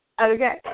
Okay